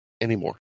anymore